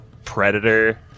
Predator